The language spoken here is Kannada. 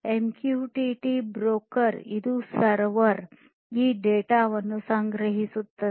ಎಂಕ್ಯೂಟಿಟಿ ಬ್ರೋಕರ್ ಇದು ಸರ್ವರ್ ಈ ಡೇಟಾ ವನ್ನು ಸಂಗ್ರಹಿಸುತ್ತದೆ